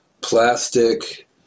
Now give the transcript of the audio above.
plastic